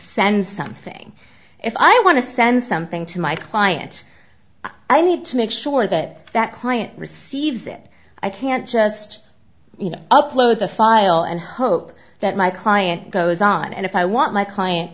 send something if i want to send something to my client i need to make sure that that client receives it i can't just you know upload the file and hope that my client goes on and if i want my client